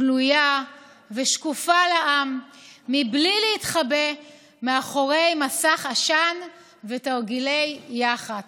גלויה ושקופה לעם מבלי להתחבא מאחורי מסך עשן ותרגילי יח"צ.